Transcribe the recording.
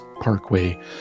Parkway